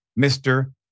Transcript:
Mr